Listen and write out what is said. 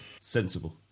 Sensible